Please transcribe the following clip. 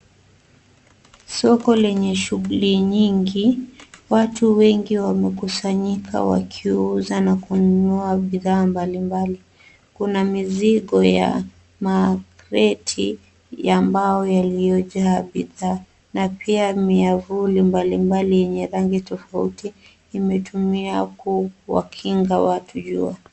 Soko lenye shughuli nyingi, watu wengi wamekusanyika wakiuza na kununua bidhaa mbalimbali. Kuna mizigo ya makreti ya mbao yaliyojaa bidhaa na pia miavuli mbalimbali yenye rangi tofauti imetumia kuwakinga watu jua.